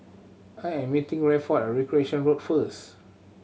I am meeting Rayford at Recreation Road first